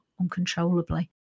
uncontrollably